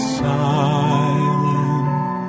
silent